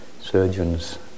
surgeon's